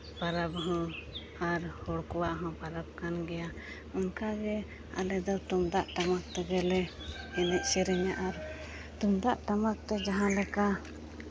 ᱯᱟᱨᱟᱵᱽ ᱦᱚᱸ ᱟᱨ ᱦᱚᱲ ᱠᱚᱣᱟᱜ ᱦᱚᱸ ᱯᱚᱨᱚᱵᱽ ᱠᱟᱱ ᱜᱮᱭᱟ ᱚᱱᱠᱟᱜᱮ ᱟᱞᱮ ᱫᱚ ᱛᱩᱢᱫᱟᱜ ᱴᱟᱢᱟᱠ ᱛᱮᱜᱮᱞᱮ ᱮᱱᱮᱡ ᱥᱮᱨᱮᱧᱟ ᱟᱨ ᱛᱩᱢᱫᱟᱜ ᱴᱟᱢᱟᱠ ᱛᱮ ᱡᱟᱦᱟᱸ ᱞᱮᱠᱟ